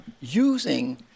using